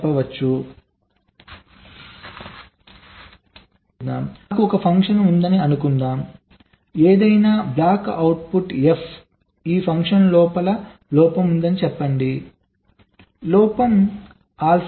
వివరించడానికి ప్రయత్నిద్దాం నాకు ఒక ఫంక్షన్ ఉందని అనుకుందాం ఏదైనా బ్లాక్ అవుట్పుట్ f ఈ ఫంక్షన్ లో లోపం ఉందని చెప్పండి లోపం ఆల్ఫా